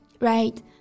Right